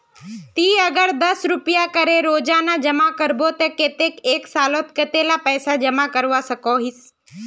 ती अगर दस रुपया करे रोजाना जमा करबो ते कतेक एक सालोत कतेला पैसा जमा करवा सकोहिस?